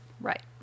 Right